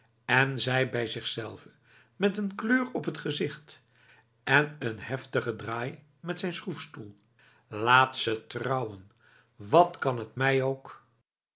en zei bij zichzelve met een kleur op het gezicht en een heftige draai met zijn schroefstoel laat ze trouwen wat kan het mij ookb